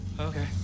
Okay